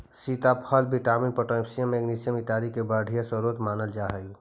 सीताफल vitamin, potassium, magnesium इत्यादि का बढ़िया स्रोत मानल जा हई